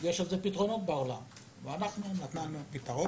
יש לזה פתרונות בעולם ואנחנו נתנו פתרון